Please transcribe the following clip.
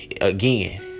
again